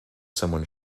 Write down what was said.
someone